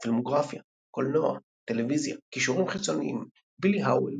פילמוגרפיה קולנוע טלוויזיה קישורים חיצוניים בילי האוול,